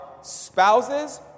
spouses